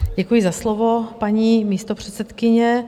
Děkuji za slovo, paní místopředsedkyně.